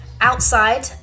outside